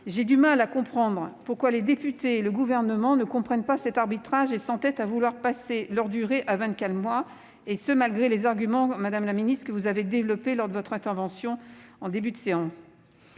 J'ai du mal à comprendre pourquoi les députés et le Gouvernement ne comprennent pas cet arbitrage et s'entêtent à vouloir passer cette durée à vingt-quatre mois, et ce malgré les arguments, madame la ministre, que vous avez développés lors de votre intervention en début de séance.